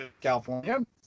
California